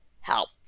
help